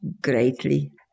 greatly